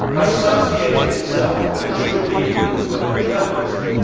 associated itself with the true meaning of the word journalism,